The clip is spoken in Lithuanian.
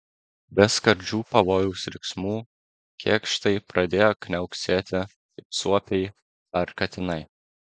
be skardžių pavojaus riksmų kėkštai pradėjo kniauksėti kaip suopiai ar katinai